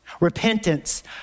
Repentance